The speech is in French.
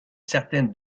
certain